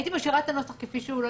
הייתי משאירה את נוסח כפי שהוא.